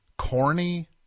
Corny